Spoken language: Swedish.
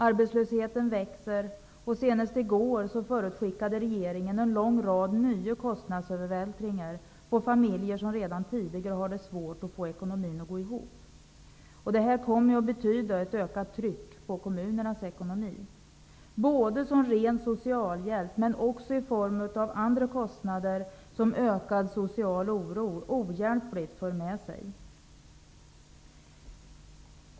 Arbetslösheten växer, och senast i går förutskickade regeringen ytterligare en lång rad kostnadsövervältringar på familjer som redan har det svårt att få ekonomin att gå ihop. Det här kommer att betyda ett ökat tryck på kommunernas ekonomi, både i form av ren socialhjälp, men också i form av andra kostnader, som ökad social oro ohjälpligt för med sig.